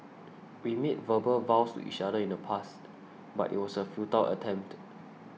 we made verbal vows to each other in the past but it was a futile attempt